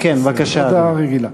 הודעה רגילה.